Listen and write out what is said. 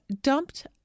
dumped